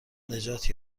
نجات